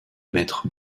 mètres